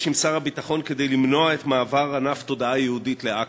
עם שר הביטחון כדי למנוע את מעבר ענף תודעה יהודית לאכ"א.